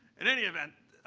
in any event,